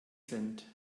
cent